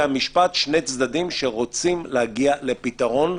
המשפט שני צדדים שרוצים להגיע לפתרון,